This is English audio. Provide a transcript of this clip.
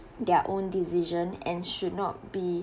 their own decision and should not be